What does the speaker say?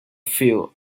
feel